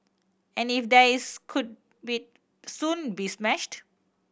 and if there is could be soon be smashed